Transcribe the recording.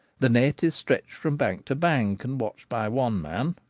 the net is stretched from bank to bank, and watched by one man,